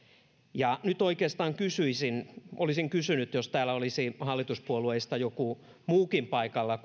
nyt oikeastaan olisin kysynyt jos täällä olisi hallituspuolueista joku muukin ollut paikalla